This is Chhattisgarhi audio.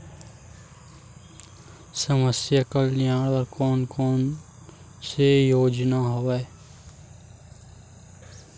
समस्या कल्याण बर कोन कोन से योजना हवय?